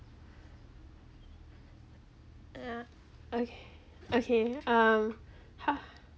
uh okay okay um ha~